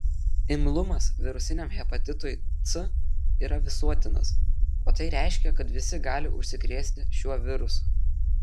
imlumas virusiniam hepatitui c yra visuotinas o tai reiškia kad visi gali užsikrėsti šiuo virusu